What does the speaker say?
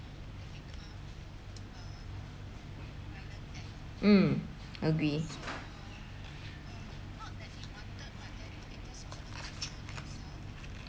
mm agree